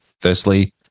firstly